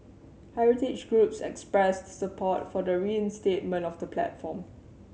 heritage groups expressed support for the reinstatement of the platform